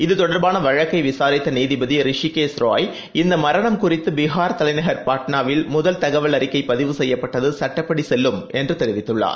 இதுதொடர்பானவழக்கைவிசாரித்தநீதிபதிரிஷிகேஷ் ராய் இந்தமரணம் குறித்தபீகார் தலைநகர் பாட்னாவில் முதல் தகவல் அறிக்கைபதிவு செய்யப்பட்டதுசட்டப்படிசெல்லும் என்றுதெரிவித்துள்ளார்